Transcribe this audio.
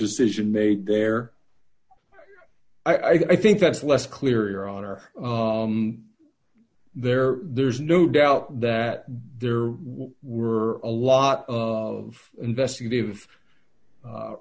decision made there i think that's less clear your honor there there's no doubt that there were a lot of investigative